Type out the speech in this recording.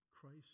Christ